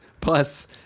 Plus